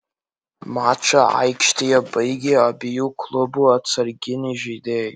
mačą aikštėje baigė abiejų klubų atsarginiai žaidėjai